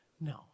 No